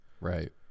right